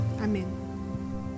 Amen